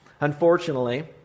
unfortunately